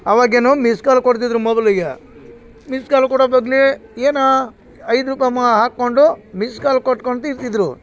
ಅವಾಗೇನು miss call ಕೊಡ್ತಿದ್ರು ಮೊಬಲಿಗೆ ಮಿಸ್ ಕಾಲ್ ಕೊಡೋ ಬದಲಿ ಏನ ಐದು ರೂಪಾಯ್ ಮಹಾ ಹಾಕೊಂಡು ಮಿಸ್ ಕಾಲ್ ಕೊಟ್ಕೊತ ಇರುತಿದ್ರು